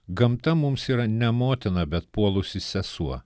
gamta mums yra ne motina bet puolusi sesuo